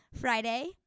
Friday